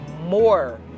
more